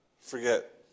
forget